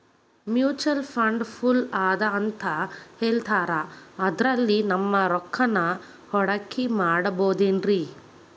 Mutual fund ಛಲೋ ಅದಾ ಅಂತಾ ಹೇಳ್ತಾರ ಅದ್ರಲ್ಲಿ ನಮ್ ರೊಕ್ಕನಾ ಹೂಡಕಿ ಮಾಡಬೋದೇನ್ರಿ?